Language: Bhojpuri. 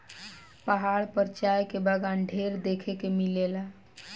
पहाड़ पर चाय के बगावान ढेर देखे के मिलेला